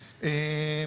התלמ"ת.